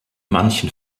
manchen